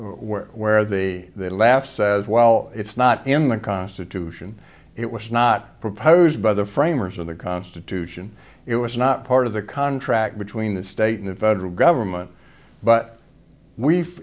where where the laugh says well it's not in the constitution it was not proposed by the framers of the constitution it was not part of the contract between the state and federal government but we've